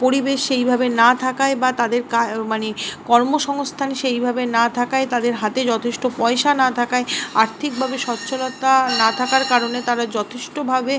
পরিবেশ সেইভাবে না থাকায় বা তাদের মানে কর্মসংস্থান সেইভাবে না থাকায় তাদের হাতে যথেষ্ট পয়সা না থাকায় আর্থিকভাবে সচ্ছলতা না থাকার কারণে তারা যথেষ্টভাবে